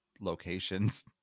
locations